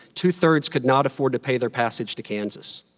two thirds could not afford to pay their passage to kansas.